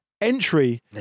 entry